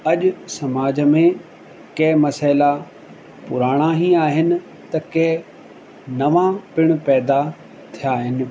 अॼु समाज में कंहिं मसइला पुराणा ई आहिनि त कंहिं नवां पिण पैदा थिया आहिनि